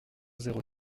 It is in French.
zéro